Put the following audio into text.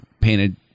painted